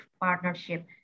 partnership